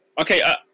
Okay